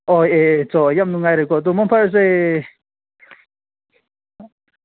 ꯑꯣ ꯑꯦ ꯑꯦ ꯁꯣ ꯌꯥꯝ ꯅꯨꯡꯉꯥꯏꯔꯦꯀꯣ ꯑꯗꯣ ꯃꯪ ꯐꯔꯁꯦ